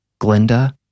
Glinda